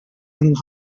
and